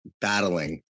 battling